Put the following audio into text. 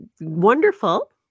wonderful